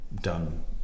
done